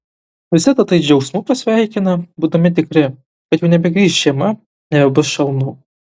visi tatai džiaugsmu pasveikina būdami tikri kad jau nebegrįš žiema nebebus šalnų